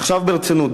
ועכשיו ברצינות.